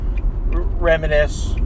reminisce